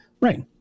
Right